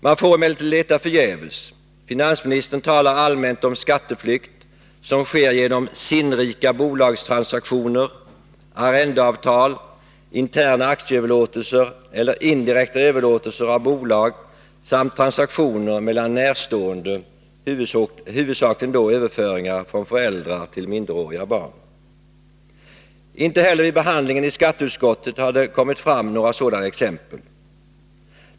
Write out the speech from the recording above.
Man får emellertid leta förgäves — finansministern talar allmänt om skatteflykt som sker genom sinnrika bolagstransaktioner, arrendeavtal, interna aktieöverlåtelser eller indirekta överlåtelser av bolag samt transaktioner mellan närstående, huvudsakligen då överföringar från föräldrar till minderåriga barn. Inte heller vid behandlingen i skatteutskottet har det kommit fram några sådana exempel.